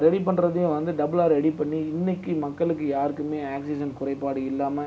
ready பண்ணுறதையும் வந்து டபுளாக ரெடி பண்ணி இன்றைக்கி மக்களுக்கு யாருக்குமே ஆக்சிஜன் குறைபாடு இல்லாமல்